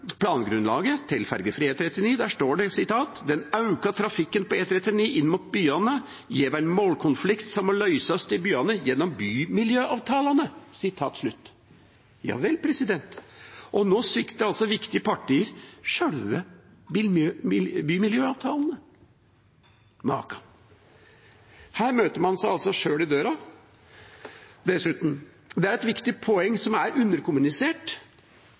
plangrunnlaget til fergefri E39. Der står det: «Den auka trafikken på E39 inn mot byane gjev ein målkonflikt som må løysast i byane gjennom bymiljøavtalane.» Ja vel, og nå svikter viktige partier sjølve bymiljøavtalene. Makan! Her møter man seg sjøl i døra. Dessuten er det et viktig poeng som er underkommunisert,